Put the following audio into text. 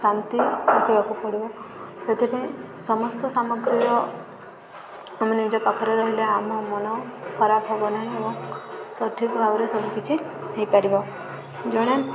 ଶାନ୍ତି ରଖିବାକୁ ପଡ଼ିବ ସେଥିପାଇଁ ସମସ୍ତ ସାମଗ୍ରୀର ଆମେ ନିଜ ପାଖରେ ରହିଲେ ଆମ ମନ ଖରାପ ହବ ନାହିଁ ଏବଂ ସଠିକ ଭାବରେ ସବୁ କିଛି ହେଇପାରିବ ଜଣେ